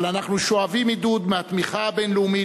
אבל אנחנו שואבים עידוד מהתמיכה הבין-לאומית,